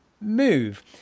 move